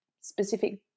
specific